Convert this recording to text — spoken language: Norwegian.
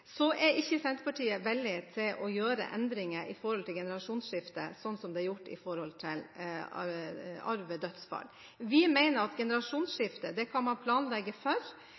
er ikke Senterpartiet villig til å gjøre endringer som gjelder generasjonsskifte, slik det er gjort for arv ved dødsfall. Vi mener at generasjonsskifte kan man planlegge. Derfor må man forholde seg til det regelverket som er. Vi er redd for